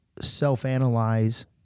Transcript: self-analyze